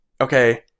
Okay